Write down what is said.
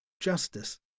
justice